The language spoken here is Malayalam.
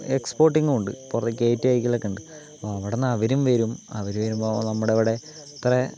എക്സ്പോർട്ടിങ്ങും ഉണ്ട് പുറത്തേക്ക് കയറ്റി അയക്കലൊക്കെ ഉണ്ട് അപ്പം അവിടെ നിന്ന് അവരും വരും അവർ വരുമ്പോൾ നമ്മുടെ ഇവിടെ ഇത്ര